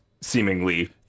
seemingly